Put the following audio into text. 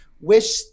wish